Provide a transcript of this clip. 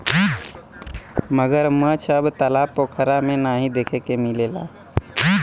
मगरमच्छ अब तालाब पोखरा में नाहीं देखे के मिलला